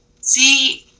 See